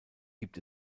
gibt